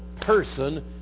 person